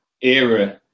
era